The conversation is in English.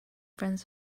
friends